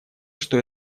что